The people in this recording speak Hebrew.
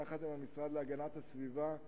יחד עם המשרד להגנת הסביבה,